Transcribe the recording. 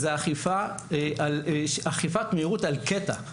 זה אכיפת מהירות על קטע.